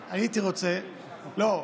לא,